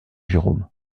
jérôme